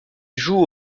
joue